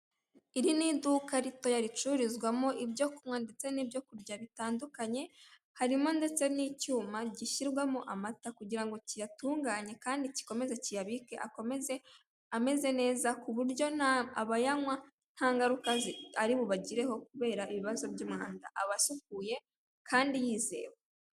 Iri ni iduka ritoya ricururizwamo ibyo kunywa ndetse n'ibyo kurya bitandukanye, harimo ndetse n'icyuma gishyirwamo amata kugira ngo kiyatunganye kandi gikomeze kiyabike akomeze ameze neza kuburyo abayanywa, ntangaruka ari bubagireho kubera ibibazo by'umuhanda, aba asukuye kandi arizewe.